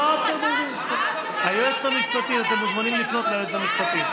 אתם מוזמנים לפנות ליועצת המשפטית.